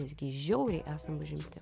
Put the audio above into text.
visgi žiauriai esam užimti